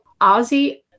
Ozzy